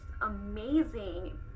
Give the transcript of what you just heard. amazing